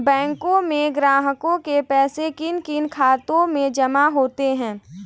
बैंकों में ग्राहकों के पैसे किन किन खातों में जमा होते हैं?